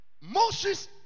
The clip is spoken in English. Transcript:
Moses